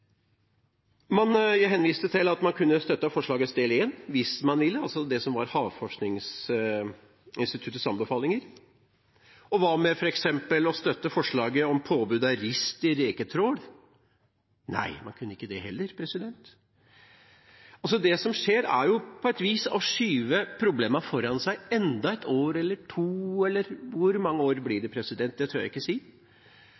Man henviste til at man kunne støttet forslagets del 1, hvis man ville, altså det som var Havforskningsinstituttets anbefalinger. Og hva med f.eks. å støtte forslaget om påbud av rist i reketrål? Nei, man kunne ikke det heller. Det som skjer, er på et vis å skyve problemene foran seg enda ett år eller to – eller hvor mange år blir